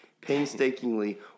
painstakingly